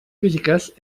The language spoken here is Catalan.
físiques